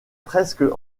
presque